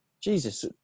jesus